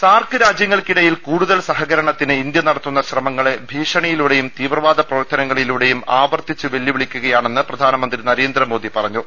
സാർക്ക് രാജ്യങ്ങൾക്കിടയിൽ കൂടുതൽ സഹകരണ ത്തിന് ഇന്ത്യ നടത്തുന്ന ശ്രമങ്ങളെ ഭീഷണിയിലൂടെയും തീവ്രവാദ പ്രവർത്തനങ്ങളിലൂടെയും ആവർത്തിച്ച് വെല്ലുവിളിക്കുക യാണെന്ന് പ്രധാനമന്ത്രി നരേന്ദ്ര മോദി പറഞ്ഞു